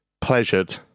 pleasured